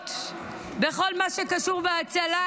גיבורות בכל מה שקשור בהצלה,